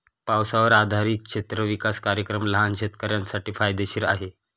पावसावर आधारित क्षेत्र विकास कार्यक्रम लहान शेतकऱ्यांसाठी फायदेशीर आहे